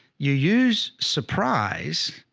you use surprise.